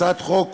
הצעת החוק